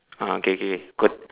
ah okay okay okay good